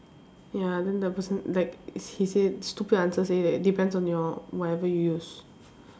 ya then the person that he say stupid answer say that depends on your whatever you use